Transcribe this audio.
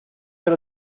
ser